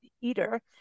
eater